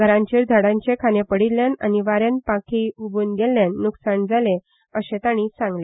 घरांचेर झाडांचे खांदे पडिल्ल्यान आनी वाज्यान पांखीं ह्बून गेल्ल्यान लुकसाण जालें अशें तांणी सांगलें